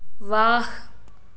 ವಾಹ್